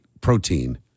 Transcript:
protein